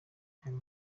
cyane